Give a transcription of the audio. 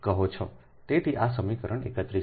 તેથી આ સમીકરણ 31 છે